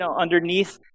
underneath